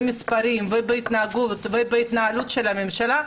במספרים ובהתנהגות ובהתנהלות של הממשלה,